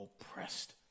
oppressed